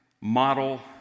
model